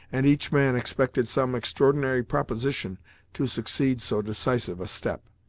and each man expected some extraordinary proposition to succeed so decisive a step.